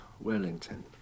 Wellington